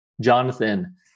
Jonathan